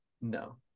no